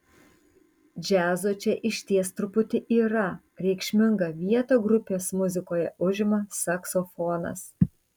džiazo čia išties truputį yra reikšmingą vietą grupės muzikoje užima saksofonas